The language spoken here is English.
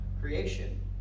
creation